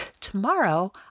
Tomorrow